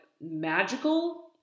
magical